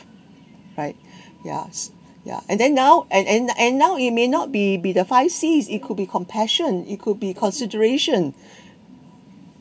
right yes yeah and then now and and and now it may not be be the five C it could be compassion it could be consideration